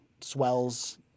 swells